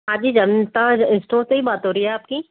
हाँजी जनता इस्टोर से ही बात हो रही है आपकी